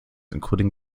including